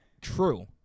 True